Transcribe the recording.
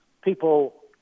people